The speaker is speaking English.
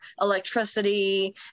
electricity